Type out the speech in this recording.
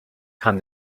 time